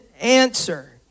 answer